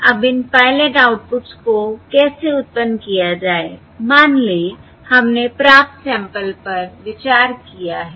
अब इन pilot outputs को कैसे उत्पन्न किया जाए मान लें हमने प्राप्त सैंपल पर विचार किया है